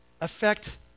affect